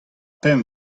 pemp